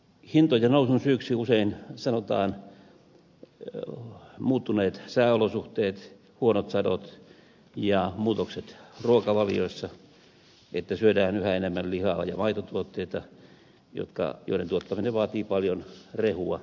hintojen nousun syyksi usein sanotaan muuttuneet sääolosuhteet huonot sadot ja muutokset ruokavalioissa se että syödään yhä enemmän lihaa ja maitotuotteita joiden tuottaminen vaatii paljon rehua